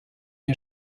war